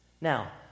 Now